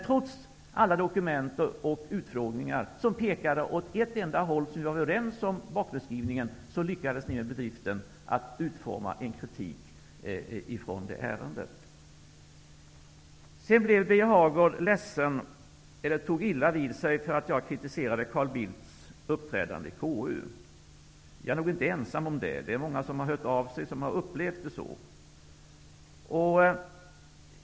Trots alla dokument och utfrågningar, som pekade åt ett enda håll och där vi var överens om bakgrundsbeskrivningen, lyckades ni med bedriften att utforma en kritik. Birger Hagård tog illa vid sig för att jag kritiserade Carl Bildts uppträdande i KU. Jag är nog inte ensam om det. Det är många som har hört av sig, som har upplevt det så.